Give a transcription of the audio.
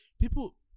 people